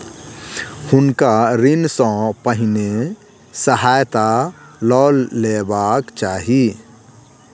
हुनका ऋण सॅ पहिने सहायता लअ लेबाक चाही